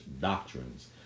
doctrines